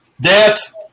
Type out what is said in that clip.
Death